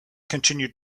continued